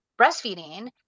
breastfeeding